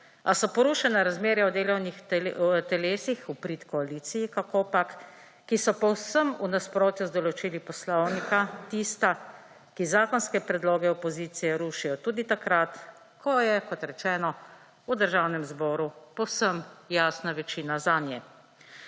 a so porušena razmerja v delovnih telesih v prid koaliciji, kakopak, ki so povsem v nasprotju z določili Poslovnika tista, ki zakonske predloge opozicije rušijo tudi takrat, ko je, kot rečeno, v Državnem zboru povsem jasna večina zanje.